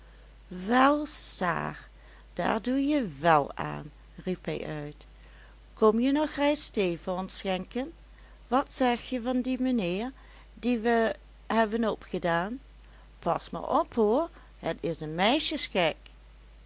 wel saar daar doe je wèl aan riep hij uit kom je nog reis thee voor ons schenken wat zeg je van dien mijnheer dien we hebben opgedaan pas maar op hoor het is een